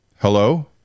hello